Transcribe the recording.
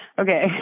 Okay